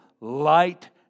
Light